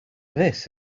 this